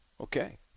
okay